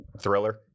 thriller